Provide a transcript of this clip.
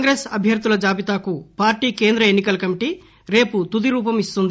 కాంగ్రెస్ అభ్యర్థుల జాబితాకు పార్టీ కేంద్ర ఎన్నికల కమిటీ రేపు తుదిరూపం ఇస్తుంది